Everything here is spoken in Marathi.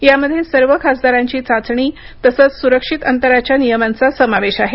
यामध्ये सर्व खासदारांची चाचणी तसंच सुरक्षित अंतराच्या नियमांचा समावेश आहे